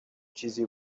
چیزی